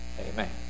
amen